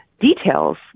details